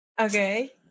Okay